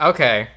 Okay